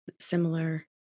similar